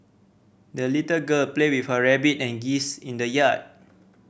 the little girl played with her rabbit and geese in the yard